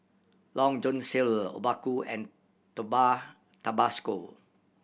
Long John Silver Obaku and Tabasco